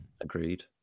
agreed